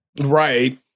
Right